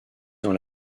dans